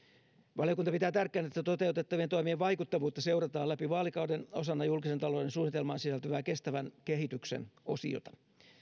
valiokunta pitää tärkeänä että toteutettavien toimien vaikuttavuutta seurataan läpi vaalikauden osana julkisen talouden suunnitelmaan sisältyvää kestävän kehityksen osiota